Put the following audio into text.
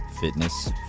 fitness